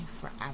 forever